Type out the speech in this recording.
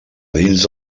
dins